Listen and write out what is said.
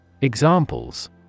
Examples